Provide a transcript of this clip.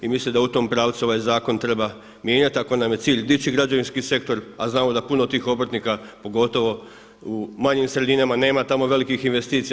I mislim da u tom pravcu ovaj zakon treba mijenjati ako nam je cilj dići građevinski sektor, a znamo da puno tih obrtnika pogotovo u manjim sredinama nema tamo velikih investicija.